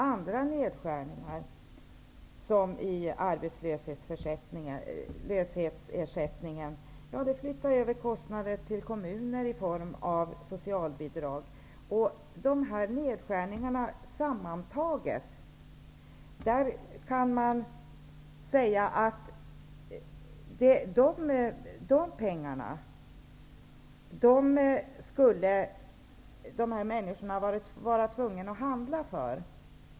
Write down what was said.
Andra nedskärningar, t.ex. i arbetslöshetsersättningen, flyttar över kostnader till kommuner i form av socialbidrag. Dessa pengar skulle dessa människor varit tvungna att handla för.